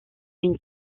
une